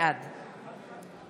בעד